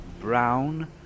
brown